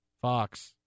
Fox